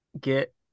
get